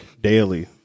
daily